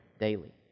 daily